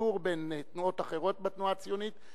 לגישור בין תנועות אחרות בתנועה הציונית,